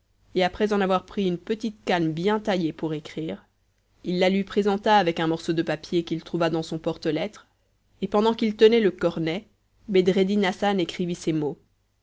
et après en avoir pris une petite canne bien taillée pour écrire il la lui présenta avec un morceau de papier qu'il trouva dans son porte lettres et pendant qu'il tenait le cornet bedreddin hassan écrivit ces mots